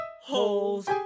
holes